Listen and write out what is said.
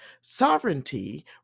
sovereignty